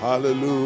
Hallelujah